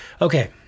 okay